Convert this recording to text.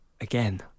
again